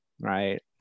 right